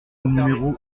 numéro